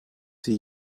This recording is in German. sie